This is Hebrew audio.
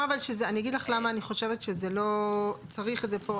אני אגיד לך למה אני חושבת שלא צריך את זה פה,